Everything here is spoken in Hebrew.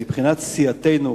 מבחינת סיעתנו,